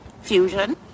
fusion